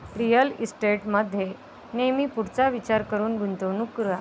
real इस्टेटमध्ये नेहमी पुढचा विचार करून गुंतवणूक करा